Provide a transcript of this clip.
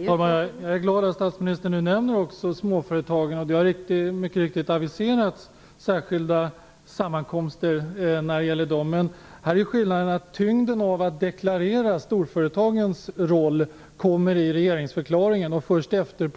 Fru talman! Jag är glad att statsministern nämner småföretagen. Det har mycket riktigt aviserats särskilda sammankomster för dem. Skillnaden är att i regeringsförklaringen lades tyngden på att deklarera storföretagens roll. Först därefter